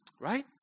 Right